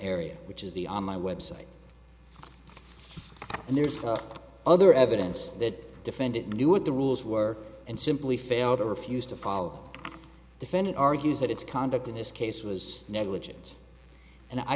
area which is the on my website and there's other evidence that defendant knew what the rules were and simply failed to refuse to follow defending argues that its conduct in this case was negligence and i